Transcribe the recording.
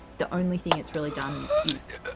the only thing it's really done is.